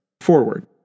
Forward